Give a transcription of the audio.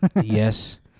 yes